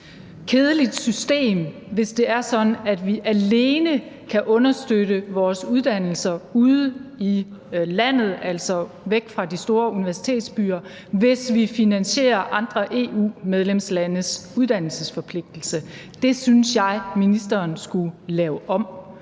kedeligt system, hvis det er sådan, at vi alene kan understøtte vores uddannelser ude i landet, altså væk fra de store universitetsbyer, hvis vi finansierer andre EU-medlemslandes uddannelsesforpligtelse. Det synes jeg ministeren skulle lave om,